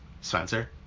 Spencer